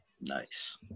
Nice